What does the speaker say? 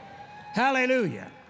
Hallelujah